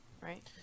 right